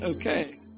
Okay